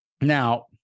now